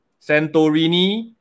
Santorini